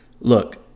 Look